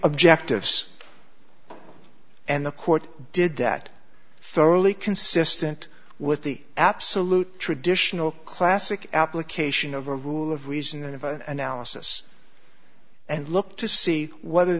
objectives and the court did that thoroughly consistent with the absolute traditional classic application of the rule of reason and of analysis and look to see whether